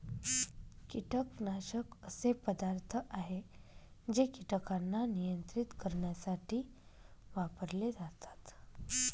कीटकनाशक असे पदार्थ आहे जे कीटकांना नियंत्रित करण्यासाठी वापरले जातात